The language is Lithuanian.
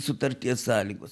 sutarties sąlygos